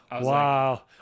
wow